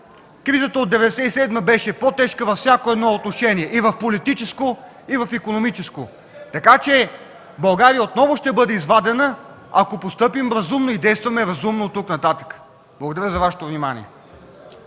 Кризата от 1997 г. беше по-тежка във всяко едно отношение – и в политическо, и в икономическо, така че България отново ще бъде извадена, ако постъпим разумно и действаме разумно оттук нататък! Благодаря за Вашето внимание.